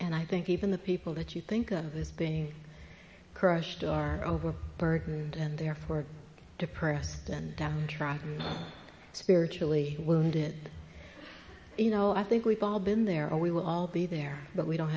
and i think even the people that you think of this being crushed are over byrd and therefore depressed and downtrodden spiritually wounded you know i think we've all been there or we will all be there but we don't